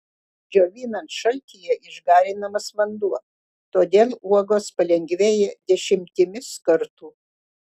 džiovinant šaltyje išgarinamas vanduo todėl uogos palengvėja dešimtimis kartų